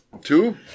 Two